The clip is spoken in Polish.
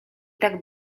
tak